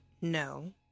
No